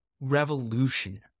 revolution